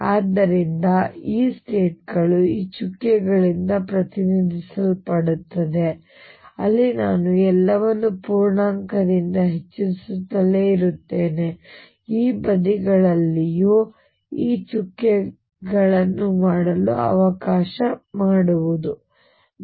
ಆದ್ದರಿಂದ ಈ ಸ್ಟೇಟ್ ಗಳು ಈ ಚುಕ್ಕೆಗಳಿಂದ ಪ್ರತಿನಿಧಿಸಲ್ಪಡುತ್ತವೆ ಅಲ್ಲಿ ನಾನು ಎಲ್ಲವನ್ನೂ ಪೂರ್ಣಾಂಕದಿಂದ ಹೆಚ್ಚಿಸುತ್ತಲೇ ಇರುತ್ತೇನೆ ಈ ಬದಿಗಳಲ್ಲಿಯೂ ಈ ಚುಕ್ಕೆಗಳನ್ನು ಮಾಡಲು ಅವಕಾಶ ಮಾಡಿಕೊಡಿ